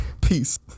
Peace